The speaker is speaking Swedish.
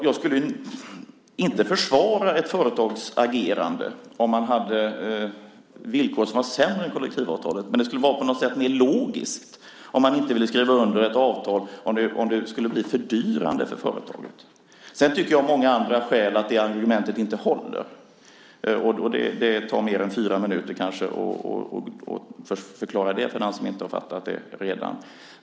Jag skulle inte försvara ett företags agerande om det hade villkor som var sämre än kollektivavtalet. Men det skulle på något sätt vara mer logiskt om ett företag inte ville skriva under ett avtal om det skulle bli fördyrande. Jag tycker av många andra skäl att argumentet inte håller, och det tar kanske mer än fyra minuter att förklara det för den som inte har fattat det redan.